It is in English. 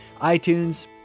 iTunes